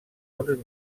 uns